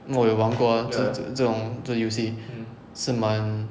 我又玩过 ah 这这种这游戏是蛮